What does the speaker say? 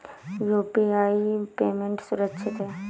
क्या UPI payment सुरक्षित है?